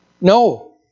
No